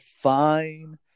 fine